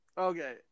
Okay